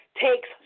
takes